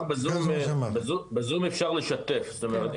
למעשה, מזרחה יש בסיס צבאי,